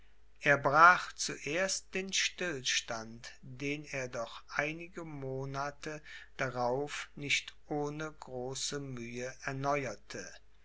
er brach zuerst den stillstand den er doch einige monate darauf nicht ohne große mühe erneuerte